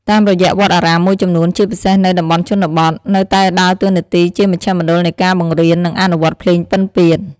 តាមរយៈវត្តអារាមមួយចំនួន ជាពិសេសនៅតំបន់ជនបទ នៅតែដើរតួនាទីជាមជ្ឈមណ្ឌលនៃការបង្រៀន និងអនុវត្តភ្លេងពិណពាទ្យ។